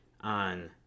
on